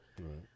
Right